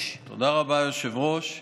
תודה רבה, היושבת-ראש.